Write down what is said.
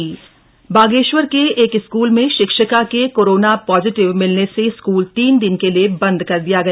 शिक्षिका corona positive Bageshwar के एक स्कूल में शिक्षिका के कोरोना पॉजिटिव मिलने से स्कूल तीन दिन के लिए बंद कर दिया गया